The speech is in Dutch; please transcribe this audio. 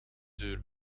deur